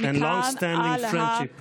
הייתי רוצה להודות לך מכאן בשם הכנסת